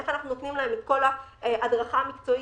איך אנחנו נותנים להם את כל ההדרכה המקצועית,